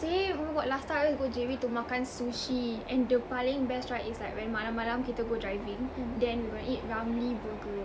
same oh my god last time I always go J_B to makan sushi and the paling best right is like when malam malam kita go driving then we go and eat Ramly burger